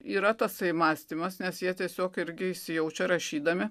yra tasai mąstymas nes jie tiesiog irgi įsijaučia rašydami